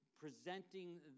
presenting